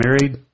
married